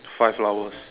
five flowers